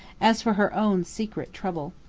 as for her own secret trouble.